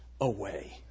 away